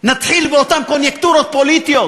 נתחיל באותן קוניונקטורות פוליטיות.